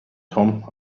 tom